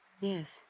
Yes